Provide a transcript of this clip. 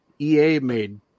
EA-made